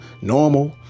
normal